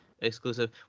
exclusive